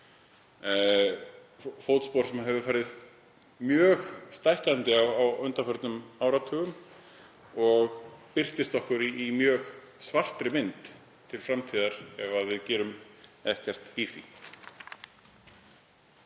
fótspor sem hefur farið mjög stækkandi á undanförnum áratugum og birtist okkur í mjög svartri mynd til framtíðar ef við gerum ekkert í því.